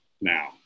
now